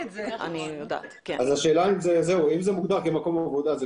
אם זה מוגדר כמקום עבודה,